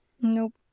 Nope